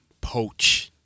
Poach